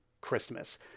Christmas